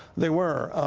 they were.